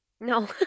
No